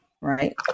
right